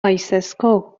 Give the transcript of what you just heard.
آیسِسکو